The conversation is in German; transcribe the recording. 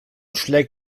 schlägt